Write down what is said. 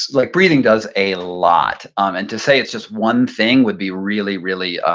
like breathing does a lot. um and to say it's just one thing would be really, really